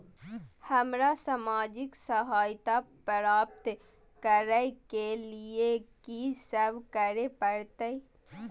हमरा सामाजिक सहायता प्राप्त करय के लिए की सब करे परतै?